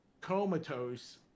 comatose